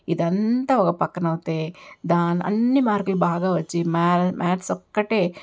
ఇదంతా ఒక ప్రక్కన అయితే దా అన్ని మార్కులు బాగా వచ్చి మ్యా మ్యాథ్స్ ఒక్కటే